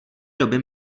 doby